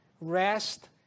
rest